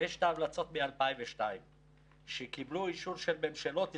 יש המלצות מ-2002 שקיבלו אישור של ממשלות ישראל,